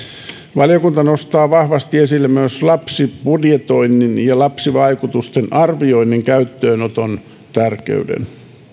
valiokunta nostaa vahvasti esille myös lapsibudjetoinnin ja lapsivaikutusten arvioinnin käyttöönoton tärkeyden